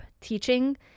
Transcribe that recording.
teaching